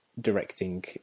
directing